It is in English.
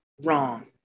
wrong